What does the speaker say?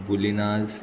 बुलिनाज